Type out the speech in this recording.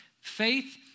Faith